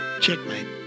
Checkmate